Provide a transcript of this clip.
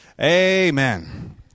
amen